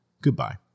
Goodbye